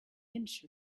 inch